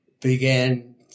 began